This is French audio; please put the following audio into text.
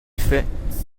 fait